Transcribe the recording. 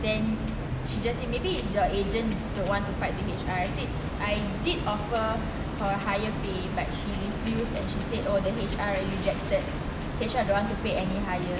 then she just said maybe is your agent don't want to fight with H_R I said I did offer a higher pay but she refused and she said oh the H_R rejected H_R don't want to pay any higher